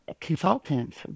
consultants